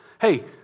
Hey